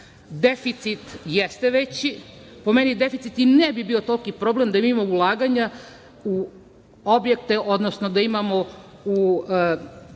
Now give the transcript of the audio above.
deficit jeste veći. Po meni, deficit i ne bi bio toliki problem da mi imamo ulaganja u objekte odnosno da imamo